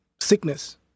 sickness